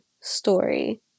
story